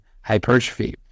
hypertrophy